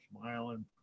smiling